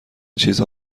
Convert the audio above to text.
چیزها